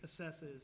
assesses